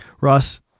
Ross